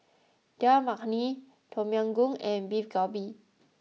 Dal Makhani Tom Yam Goong and Beef Galbi